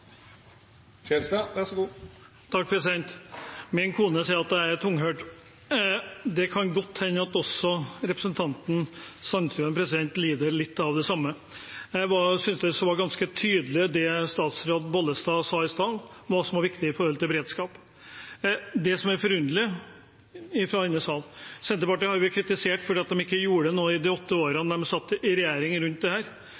Min kone sier at jeg er tunghørt. Det kan godt hende at også representanten Sandtrøen lider litt av det samme. Jeg syntes det var ganske tydelig det statsråd Bollestad sa i stad om hva som var viktig når det gjelder beredskap. Det som er forunderlig, er at Senterpartiet fra denne sal har blitt kritisert for at de ikke gjorde noe rundt dette i de åtte årene de satt i regjering, men det